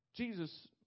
Jesus